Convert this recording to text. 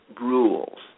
rules